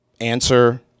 answer